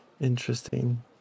Interesting